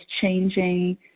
changing